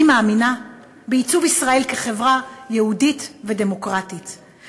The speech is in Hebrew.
אני מאמינה בעיצוב ישראל כחברה יהודית ודמוקרטית,